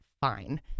fine